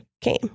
came